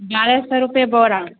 एगारह सए रुपए बोरा